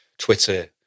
Twitter